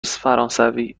فرانسوی